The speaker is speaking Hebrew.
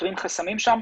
פותרים חסמים שם.